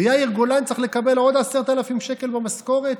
ויאיר גולן צריך לקבל עוד 10,000 שקל במשכורת?